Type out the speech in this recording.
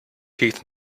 teeth